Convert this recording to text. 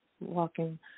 walking